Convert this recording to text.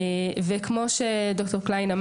כפי שאמר ד"ר קליין,